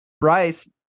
Bryce